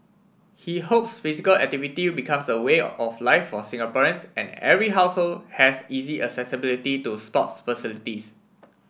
he hopes physical activity becomes a way of life for Singaporeans and every household has easy accessibility to sports facilities